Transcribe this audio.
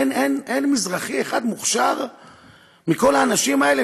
אין מזרחי אחד מוכשר בכל האנשים האלה,